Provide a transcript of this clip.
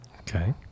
Okay